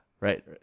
Right